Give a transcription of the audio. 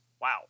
wow